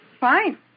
Fine